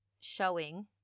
showing